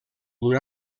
una